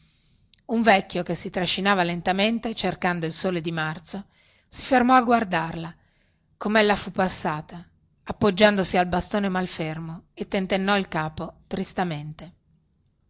un vecchio che si trascinava lentamente cercando il sole di marzo si fermò a guardarla comella fu passata appoggiandosi al bastone malfermo e tentennò il capo tristamente